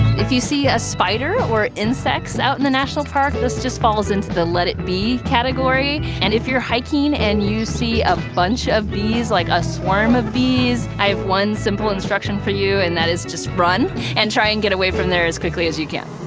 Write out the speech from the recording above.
if you see a spider or insects out in the national park this just falls in the let it be category. and if you're hiking and you see a bunch of bees, like a swarm of bees, i have one simple instruction for you and that is just run and try and get away from there as quickly as you can.